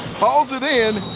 hauls it in.